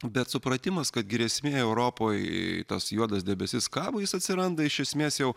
bet supratimas kad grėsmė europoj tas juodas debesis kabo jis atsiranda iš esmės jau